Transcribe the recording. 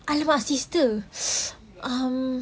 !alamak! sister um